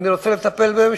אני רוצה לטפל בהם